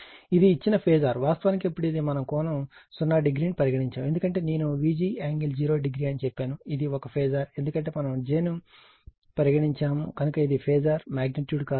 ఇది ఇచ్చిన ఫేజార్ వాస్తవానికి అప్పుడు ఇది మనము కోణం 0 డిగ్రీని పరిగణించాము ఎందుకంటే నేను Vg యాంగిల్ 0 డిగ్రీ అని చెప్పాను ఇది ఒక ఫేజార్ ఎందుకంటే మనం j ను పరిగణించాము కనుక ఇది ఫేజార్ మగ్నిట్యూడ్ కాదు